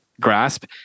grasp